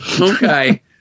Okay